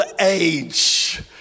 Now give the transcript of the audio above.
age